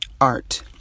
art